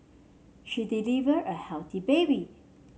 she delivered a healthy baby